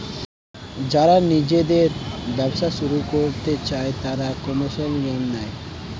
যারা নিজেদের ব্যবসা শুরু করতে চায় তারা কমার্শিয়াল লোন নেয়